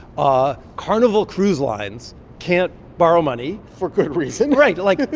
ah carnival cruise lines can't borrow money for good reason right. like,